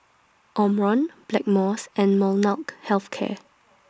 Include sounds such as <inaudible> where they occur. Omron Blackmores and <unintelligible> Health Care